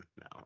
no